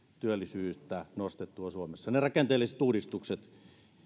työllisyyttä nostettua suomessa ne rakenteelliset uudistukset